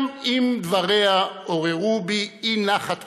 גם אם דבריה עוררו בי אי-נחת קשה,